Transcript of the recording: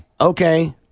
okay